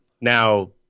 now